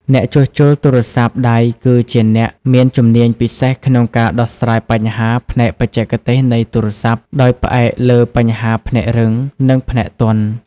អ្នកជួសជុលទូរស័ព្ទដៃគឺជាអ្នកមានជំនាញពិសេសក្នុងការដោះស្រាយបញ្ហាផ្នែកបច្ចេកទេសនៃទូរស័ព្ទ ដោយផ្អែកលើបញ្ហាផ្នែករឹង និងផ្នែកទន់។